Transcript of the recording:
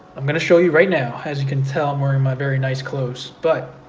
i'm gonna show you right now. as you can tell, i'm wearing my very nice clothes. but,